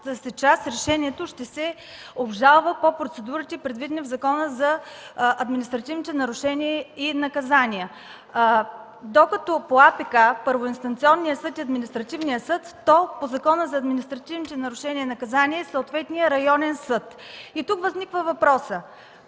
си част решението ще се обжалва по процедурите, предвидени в Закона за административните нарушения и наказания. Докато по Административнопроцесуалния кодекс са първоинстанционния и административния съд, то по Закона за административните нарушения и наказания е съответния районен съд. Тук възниква въпросът: